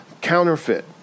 counterfeit